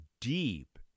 deep